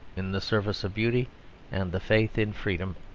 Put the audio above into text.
in the service of beauty and the faith in freedom.